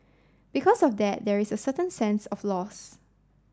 because of that there is a certain sense of loss